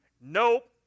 Nope